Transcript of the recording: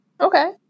Okay